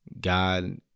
God